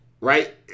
right